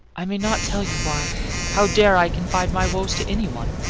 i may not tell you why how dare i confide my woes to anyone?